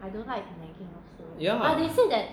yeah